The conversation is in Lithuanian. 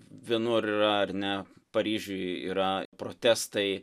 vienur yra ar ne paryžiuj yra protestai